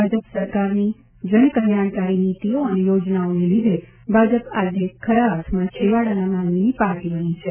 ભાજપ સરકારની જનકલ્યાણકારી નીતિઓ અને યોજનાઓને લીધે ભાજપ આજે ખરા અર્થમાં છેવાડાના માનવીની પાર્ટી બની છે